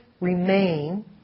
remain